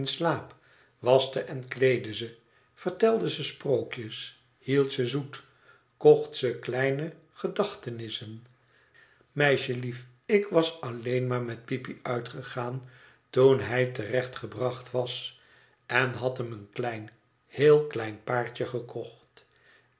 waschte en kleedde ze vertelde ze sprookjes hield ze zoet kocht ze kleine gedachtenissen meisjelief ik was alleen maar met peepy uitgegaan toen hij terechtgebracht was en had bem een klein heel klein paardje gekocht